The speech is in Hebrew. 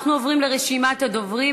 אנחנו עוברים לרשימת הדוברים,